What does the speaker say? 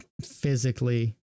physically